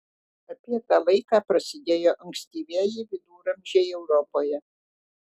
apie tą laiką prasidėjo ankstyvieji viduramžiai europoje